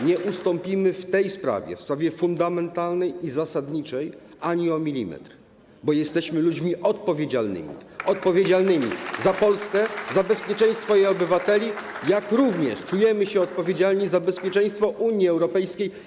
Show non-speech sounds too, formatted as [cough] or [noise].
Nie ustąpimy w tej sprawie, w sprawie fundamentalnej i zasadniczej ani o milimetr, bo jesteśmy ludźmi odpowiedzialnymi, [applause] odpowiedzialnymi za Polskę, za bezpieczeństwo jej obywateli, jak również czujemy się odpowiedzialni za bezpieczeństwo Unii Europejskiej.